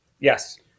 Yes